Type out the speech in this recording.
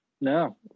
No